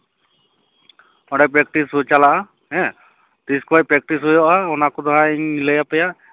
ᱚᱸᱰᱮ ᱯᱨᱮᱠᱴᱤᱥ ᱫᱚ ᱪᱟᱞᱟᱜᱼᱟ ᱦᱮᱸ ᱛᱤᱥ ᱠᱷᱚᱱ ᱯᱨᱮᱠᱴᱤᱥ ᱦᱩᱭᱩᱜᱼᱟ ᱚᱱᱟ ᱠᱚᱫᱚ ᱦᱟᱸᱜ ᱤᱧ ᱞᱟᱹᱭᱟᱯᱮᱭᱟ